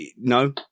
No